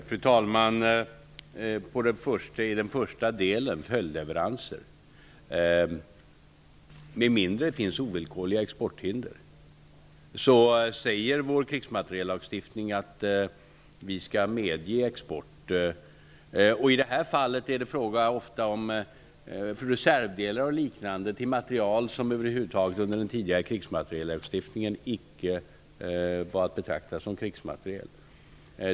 Fru talman! När det gäller följdleveranser säger vår krigsmateriellagstiftning att vi skall medge export om det inte finns ovillkorliga exporthinder. I det här fallet är det ofta fråga om reservdelar och liknande till materiel som icke var att betrakta som krigsmateriel under den tidigare krigsmateriellagstiftningen.